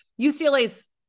UCLA's